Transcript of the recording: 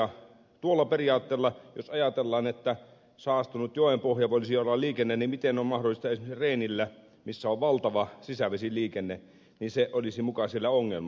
tuolla periaatteella jos ajatellaan että saastuneella joenpohjalla ei voisi olla liikennettä niin miten se on mahdollista että esimerkiksi reinillä missä on valtava sisävesiliikenne se olisi muka siellä ongelma